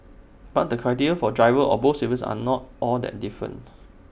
but the criteria for drivers of both services are not all that different